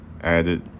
added